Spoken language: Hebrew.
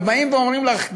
אבל באים ואומרים לך,